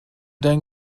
dein